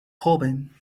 joven